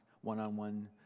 one-on-one